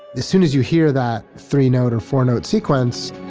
as soon as you hear that three note, or four-note sequence,